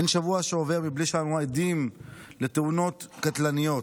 אין שבוע שעובר מבלי שאנו עדים לתאונות קטלניות.